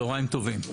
צהריים טובים.